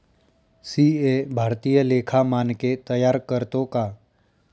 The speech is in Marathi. सी.ए भारतीय लेखा मानके तयार करतो का